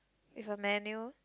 with a manual